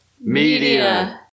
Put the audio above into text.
Media